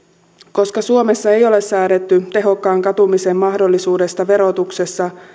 koska suomessa ei ole säädetty tehokkaan katumisen mahdollisuudesta verotuksessa